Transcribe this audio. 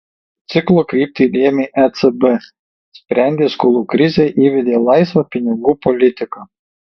ciklo kryptį lėmė ecb sprendė skolų krizę įvedė laisvą pinigų politiką